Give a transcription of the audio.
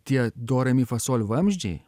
tie do re me fa sol vamzdžiai